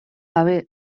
gabe